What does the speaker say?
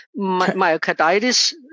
myocarditis